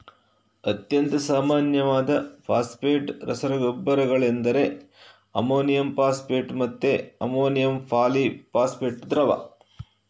ಅತ್ಯಂತ ಸಾಮಾನ್ಯವಾದ ಫಾಸ್ಫೇಟ್ ರಸಗೊಬ್ಬರಗಳೆಂದರೆ ಅಮೋನಿಯಂ ಫಾಸ್ಫೇಟ್ ಮತ್ತೆ ಅಮೋನಿಯಂ ಪಾಲಿ ಫಾಸ್ಫೇಟ್ ದ್ರವ